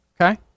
Okay